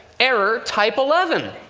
error type eleven